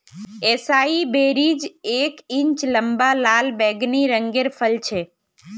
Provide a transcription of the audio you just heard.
एसाई berries एक inch लंबा लाल बैंगनी रंगेर फल छे